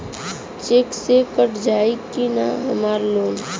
Check से cut जाई की ना हमार लोन?